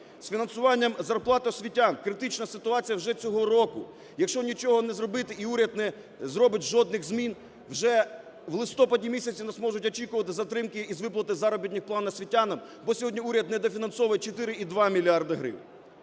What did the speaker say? З фінансуванням зарплат освітян критична ситуація вже цього року, якщо нічого не зробити і уряд не зробить жодних змін, вже в листопаді місяці нас можуть очікувати затримки із виплатою заробітних плат освітянам, бо сьогодні уряд недофінансовує 4,2 мільярди гривень.